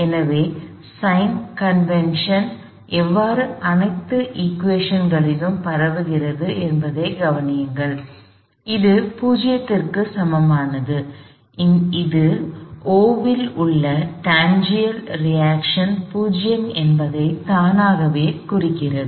எனவே sign convention எவ்வாறு அனைத்து சமன்பாடுகளிலும் பரவுகிறது என்பதைக் கவனியுங்கள் இது 0 க்கு சமமானது இது O இல் உள்ள டான்சென்ஷியல் ரியாக்ஷன் 0 என்பதை தானாகவே குறிக்கிறது